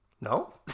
No